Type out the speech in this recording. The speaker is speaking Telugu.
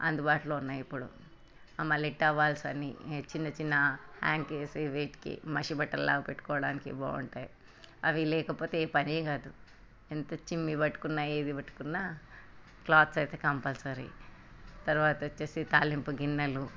అందుబాటులో ఉన్నాయి ఇప్పుడు మళ్ళీ టవల్స్ అని చిన్న చిన్న యాంటీస్ వీటికి మసి బట్టలగ పెట్టుకోడానికి బాగుంటాయి అవి లేకపోతే పనే కాదు ఎంత చిమ్నీ పట్టుకున్న ఏది పట్టుకున్న క్లాత్స్ అయితే కంపల్సరీ తర్వాత వచ్చేసి తాళింపు గిన్నెలు